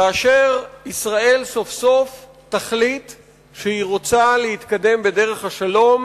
כאשר ישראל תחליט סוף-סוף שהיא רוצה להתקדם בדרך השלום